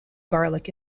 garlic